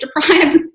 deprived